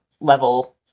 level